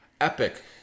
Epic